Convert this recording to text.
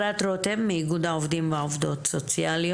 קושי מטורף לאייש תקנים של עובדות ועובדים סוציאליים.